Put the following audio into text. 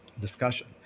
discussion